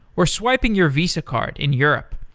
or swiping your visa card in europe,